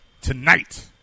tonight